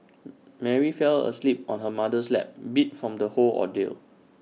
Mary fell asleep on her mother's lap beat from the whole ordeal